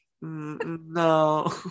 no